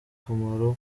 akamaro